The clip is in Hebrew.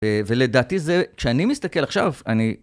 ולדעתי זה, כשאני מסתכל עכשיו, אני...